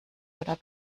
oder